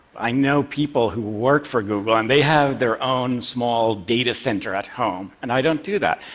i know people who work for google and they have their own small data center at home, and i don't do that.